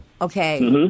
Okay